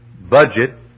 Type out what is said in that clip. budget